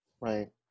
Right